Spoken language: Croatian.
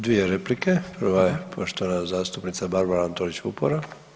Dvije replike, prva je poštovana zastupnica Barbara Antolić Vupora.